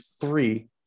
three